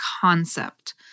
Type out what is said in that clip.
concept